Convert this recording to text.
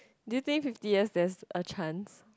do you think fifty year there's a chance